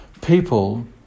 People